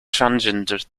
transient